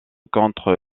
contre